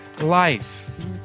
life